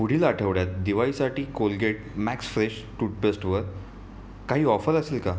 पुढील आठवड्यात दिवाळीसाठी कोलगेट मॅक्स फ्रेश टूथपेस्टवर काही ऑफर असेल का